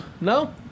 No